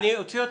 אני אוציא אותך.